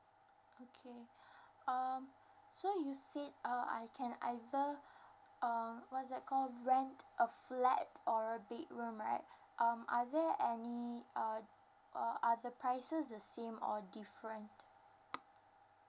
okay um so you said uh I can either um what's that call rent a flat or a bedroom right um are there any uh uh are the prices the same or different